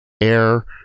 air